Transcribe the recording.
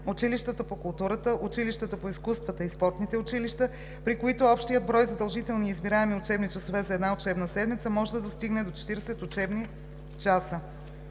училищата по културата, училищата по изкуствата и спортните училища, при които общият брой задължителни и избираеми учебни часове за една учебна седмица може да достигне до 40 учебни часа.“